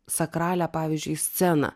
sakralią pavyzdžiui sceną